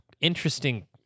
interesting